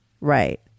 Right